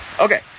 Okay